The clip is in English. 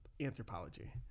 anthropology